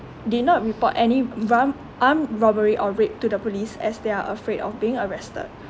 did not report any armed robbery or raid to the police as they are afraid of being arrested